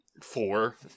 Four